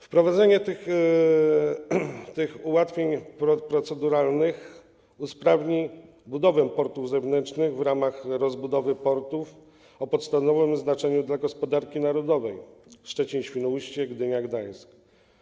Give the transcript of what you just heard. Wprowadzenie tych ułatwień proceduralnych usprawni budowę portów zewnętrznych w ramach rozbudowy portów o podstawowym znaczeniu dla gospodarki narodowej, takich jak: Szczecin, Świnoujście, Gdynia i Gdańsk.